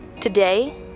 Today